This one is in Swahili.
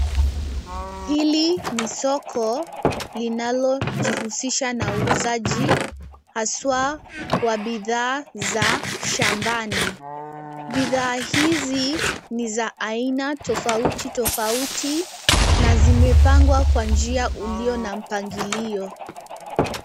Hili ni soko linalojihusisha na uuzaji haswa wa bidhaa za shambani. Bidhaaa hizi ni za aina tofauti tofauti na zimepangwa kwa njia ulio na mpangilio.